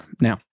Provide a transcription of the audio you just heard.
Now